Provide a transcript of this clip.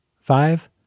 Five